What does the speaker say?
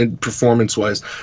performance-wise